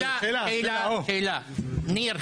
ניר,